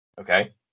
Okay